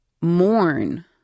mourn